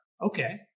Okay